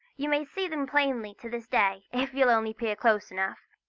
you may see them plainly to this day, if you'll only peer close enough.